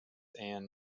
and